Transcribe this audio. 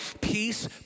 peace